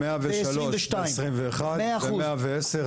103 ב-2021, ו-110 ב-2022.